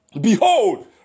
Behold